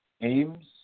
aims